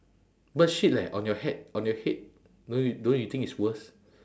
bird shit leh on your head on your head don't you don't you think it's worst